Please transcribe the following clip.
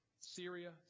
Syria